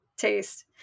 taste